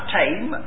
time